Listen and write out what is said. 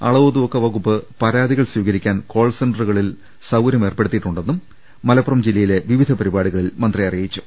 അളവ് തൂക്ക വകുപ്പ് പരാതികൾ സ്വീകരിക്കാൻ കോൾ സെന്റുകളിൽ സൌകര്യമേർപ്പെടുത്തിയിട്ടുണ്ടെന്നും മലപ്പുറം ജില്ലയിലെ വിവിധ പരിപാടികളിൽ മന്ത്രി അറിയിച്ചു